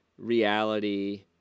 reality